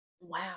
wow